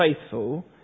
faithful